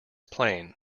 plane